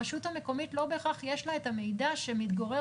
לרשות המקומית לא בהכרח יש את המידע שמתגורר